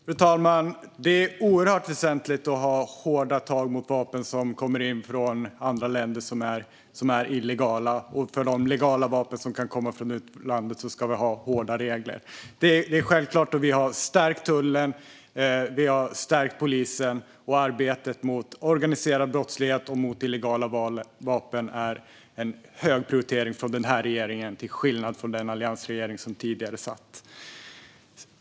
Fru talman! Det är oerhört väsentligt att ha hårda tag mot illegala vapen som kommer in från andra länder. Även för de legala vapen som kan komma från utlandet ska vi ha hårda regler. Det är självklart. Vi har också stärkt tullen och polisen. Arbetet mot organiserad brottslighet och illegala vapen är en hög prioritering för den här regeringen, till skillnad från den alliansregering som satt tidigare.